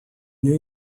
new